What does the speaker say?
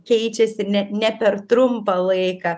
keičiasi ne ne per trumpą laiką